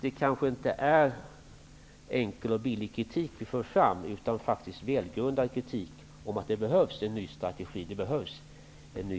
Det kanske inte är enkel och billig kritik vi för fram. Det kanske är välgrundad kritik om att det behövs en ny strategi och en ny östpolitik.